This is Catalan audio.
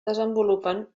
desenvolupen